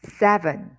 seven